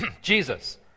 Jesus